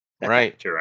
Right